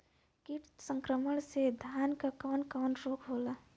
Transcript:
कीट संक्रमण से धान में कवन कवन रोग होला?